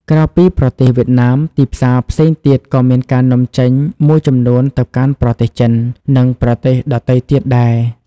ក្រៅពីប្រទេសវៀតណាម ទីផ្សារផ្សេងទៀតក៏មានការនាំចេញមួយចំនួនទៅកាន់ប្រទេសចិន និងប្រទេសដទៃទៀតដែរ។